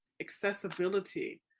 accessibility